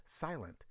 silent